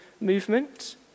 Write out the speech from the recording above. movement